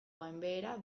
gainbehera